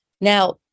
Now